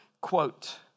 Quote